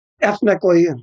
ethnically